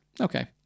Okay